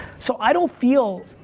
so i don't feel,